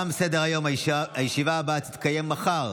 25 בעד, אין מתנגדים, אין נמנעים.